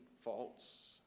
faults